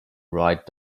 write